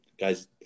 Guys